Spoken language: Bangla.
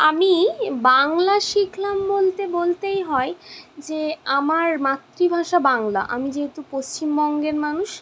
আমি বাংলা শিখলাম বলতে বলতেই হয় যে আমার মাতৃভাষা বাংলা আমি যেহেতু পশ্চিমবঙ্গের মানুষ